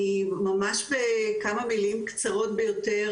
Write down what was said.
אני ממש בכמה מילים קצרות ביותר,